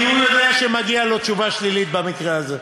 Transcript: כי הוא יודע שמגיעה לו תשובה שלילית במקרה הזה.